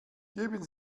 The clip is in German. geben